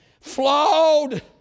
Flawed